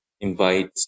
invite